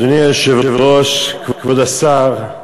אדוני היושב-ראש, כבוד השר,